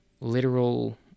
literal